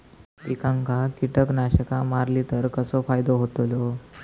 पिकांक कीटकनाशका मारली तर कसो फायदो होतलो?